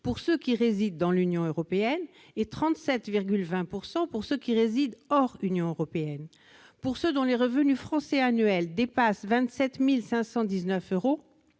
pour ceux qui résident dans l'Union européenne et de 37,2 % pour ceux qui résident hors Union européenne ; pour ceux dont les revenus français annuels dépassent le